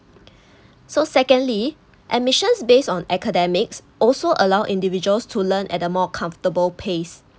so secondly admissions based on academics also allow individuals to learn at a more comfortable pace